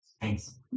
Thanks